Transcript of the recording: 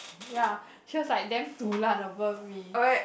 ya she was like damn dulan over me